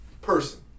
person